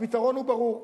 הפתרון הוא ברור.